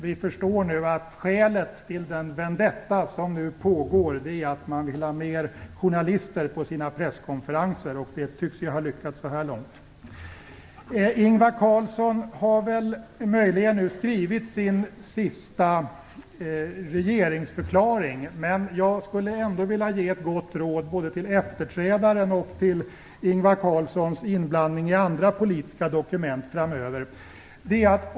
Vi förstår nu att skälet till den vendetta som nu pågår är att man vill har fler journalister på sina presskonferenser. Och det tycks ju ha lyckats så här långt. Ingvar Carlsson har väl möjligen skrivit sin sista regeringsförklaring. Men jag skulle ändå vilja ge ett gott råd både till efterträdaren och till Ingvar Carlsson när det gäller hans inblandning i andra politiska dokument framöver.